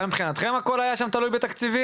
גם מבחינתכם הכל היה שם תלוי בתקציבים?